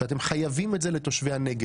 שאתם חייבים אותו לתושבי הנגב,